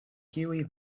kiuj